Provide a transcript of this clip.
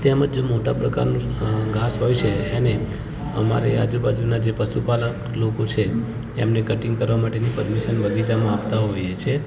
તેમજ મોટા પ્રકારનું ઘાસ હોય છે એને અમારી આજુબાજુના જે પશુપાલક લોકો છે એમને કટિંગ કરવા માટેની પરમિશન બગીચામાં આપતા હોઈએ છીએ